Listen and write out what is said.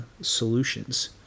solutions